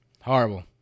Horrible